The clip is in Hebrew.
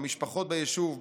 המשפחות ביישוב,